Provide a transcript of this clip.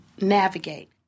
navigate